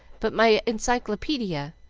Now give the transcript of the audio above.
but my encyclopedia.